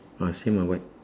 ah same lah white